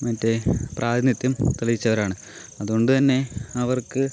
മറ്റേ പ്രാതിനിധ്യം തെളിയിച്ചവരാണ് അതുകൊണ്ടുതന്നെ അവർക്ക്